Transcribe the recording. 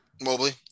Mobley